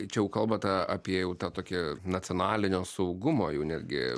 čia jau kalbate apie jau tą tokį nacionalinio saugumo jau netgi